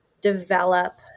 develop